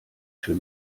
für